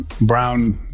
brown